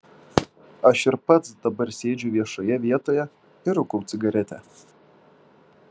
aš ir pats dabar sėdžiu viešoje vietoje ir rūkau cigaretę